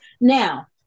Now